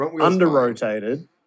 under-rotated